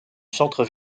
centre